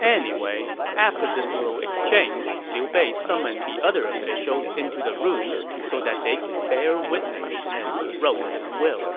anyway, after this little exchange, liu bei summoned the other officials into the room so that they could bear witness as he wrote his will